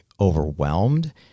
overwhelmed